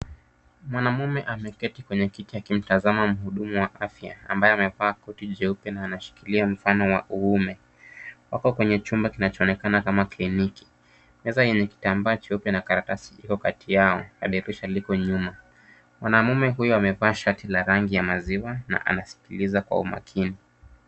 Mwanaume ameketi kwenye kiti akimtazama mhudumu wa afya ambaye amevaa koti jeupe na anashikilia mfano wa uume. Wako kwenye chumba kinachoonekana kama kliniki. Meza yenye kitambaa cheupe na karatasi iko katikati yao na dirisha liko nyuma. Mwanaume huyu amevaa shati la rangi ya maziwa na anasikiliza kwa umakini.